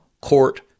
Court